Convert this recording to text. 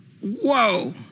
Whoa